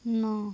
ন